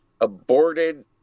aborted